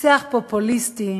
שיח פופוליסטי,